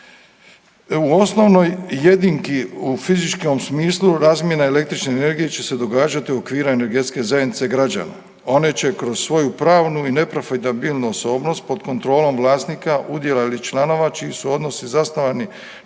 U osnovnoj jedinki u fizičkom smislu razmjena električne energije će se događati u okviru energetske zajednice građana. One će kroz svoju pravnu i neprofitabilnu osobnost pod kontrolom vlasnika udjela ili članova čiji su odnosi zasnovani